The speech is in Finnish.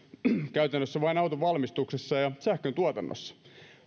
käytännössä vain auton valmistuksessa ja sähköntuotannossa